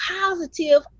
positive